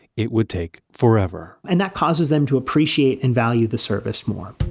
it would take forever and that causes them to appreciate and value the service more